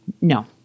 No